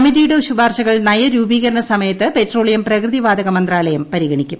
സമിതിയുടെ ശുപാർശകൾ നയരൂപീകരണ സമയത്ത് പെട്രോളിയം പ്രകൃതിവാതക മന്ത്രാലയം പരിഗണിക്കും